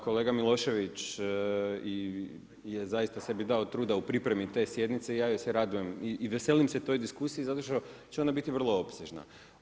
Kolega Milošević je zaista sebi dao truda u pripremi te sjednice i ja joj se radujem i veselim se toj diskusiji zato što će ona biti vrlo opsežna.